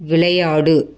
விளையாடு